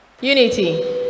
Unity